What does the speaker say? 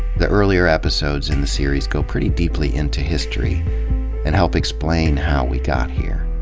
the earlier episodes in the series go pretty deeply into history and help explain how we got here.